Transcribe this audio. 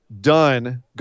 done